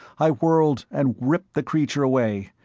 i whirled and ripped the creature away,